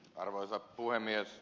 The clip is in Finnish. arvoisa puhemies